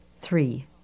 three